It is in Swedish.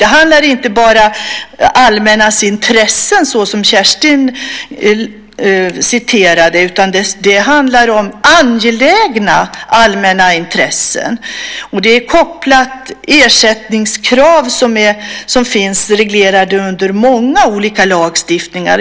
Det handlar inte bara om det allmännas intressen, som Kerstin sade, utan det handlar om angelägna allmänna intressen. Det är kopplat till ersättningskrav som finns reglerade under många olika lagstiftningar.